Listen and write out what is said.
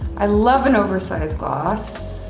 i love an oversize glasses,